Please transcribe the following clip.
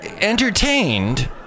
entertained